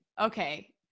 Okay